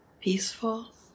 peaceful